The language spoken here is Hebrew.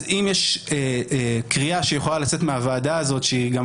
אז אם יש קריאה שיכולה לצאת מהוועדה הזאת שהיא גם